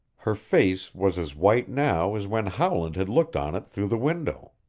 her face was as white now as when howland had looked on it through the window.